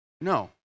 No